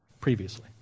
previously